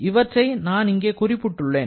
இவற்றை நான் இங்கே குறிப்பிட்டுள்ளேன்